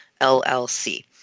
LLC